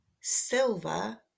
silver